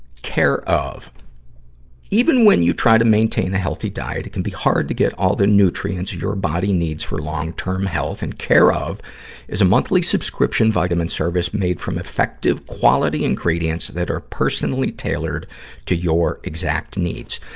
careof. even when you try to maintain a healthy diet, it can be hard to get all the nutrients your body needs for long-term health. and careof is a monthly subscription vitamin service made from effective, quality ingredients that are personally tailored to your exact needs.